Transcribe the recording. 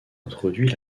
introduit